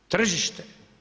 Tržište.